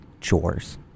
chores